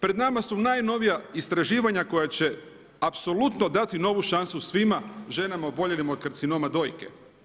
Pred nama su najnovija istraživanja koja će apsolutno dati novu šansu svim ženama oboljelima od karcinoma dojke.